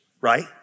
right